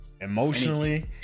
emotionally